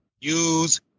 use